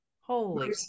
Holy